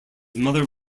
mother